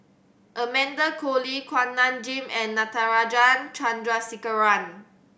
Amanda Koe Lee Kuak Nam Jin and Natarajan Chandrasekaran